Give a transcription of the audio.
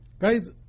Guys